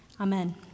Amen